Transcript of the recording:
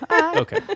Okay